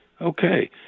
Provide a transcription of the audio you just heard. okay